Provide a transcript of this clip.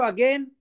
Again